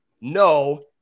No